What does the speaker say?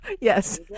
yes